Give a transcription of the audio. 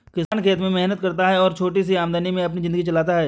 किसान खेत में मेहनत करता है और छोटी सी आमदनी में अपनी जिंदगी चलाता है